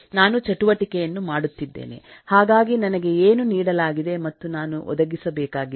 ನಾನು ಚಟುವಟಿಕೆಯನ್ನು ಮಾಡುತ್ತಿದ್ದೇನೆ ಹಾಗಾಗಿ ನನಗೆ ಏನು ನೀಡಲಾಗಿದೆ ಮತ್ತು ನಾನು ಒದಗಿಸಬೇಕಾಗಿತ್ತು